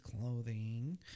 clothing